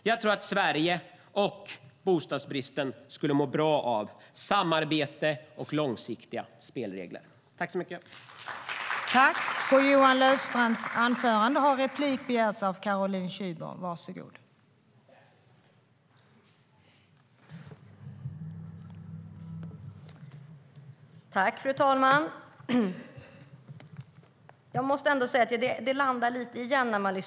Jag tror att Sverige och arbetet mot bostadsbristen skulle må bra av samarbete och långsiktiga spelregler.